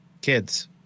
Kids